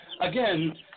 again